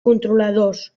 controladors